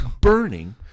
Burning